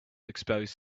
expose